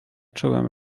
czułem